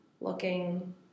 looking